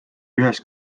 ühes